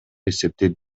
эсептейт